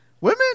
women